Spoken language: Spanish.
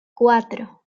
cuatro